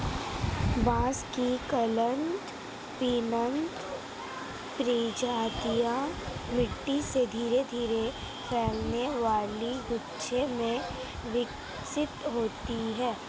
बांस की क्लंपिंग प्रजातियां मिट्टी से धीरे धीरे फैलने वाले गुच्छे में विकसित होती हैं